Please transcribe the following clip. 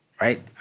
right